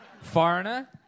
Foreigner